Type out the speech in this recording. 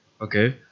Okay